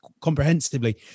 comprehensively